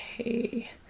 Okay